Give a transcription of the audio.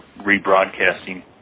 rebroadcasting